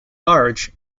large